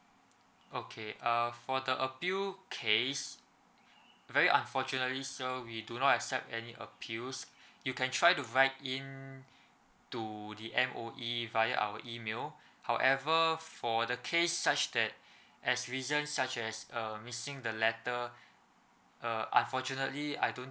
okay err for the appeal case very unfortunately sir we do not accept any appeals you can try to write in to the M_O_E via our email however for the case such that as reasons such as err missing the letter uh unfortunately I don't